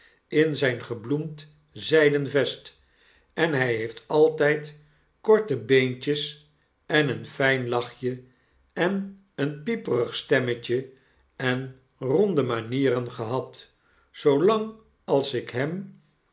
in zyngebloemd zyden vest en hy heeft altyd korte beentjes en een fijn lachje en een pieperig stemmetje en ronde manieren gehad zoolang als ik hem